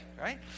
right